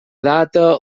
data